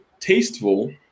Tasteful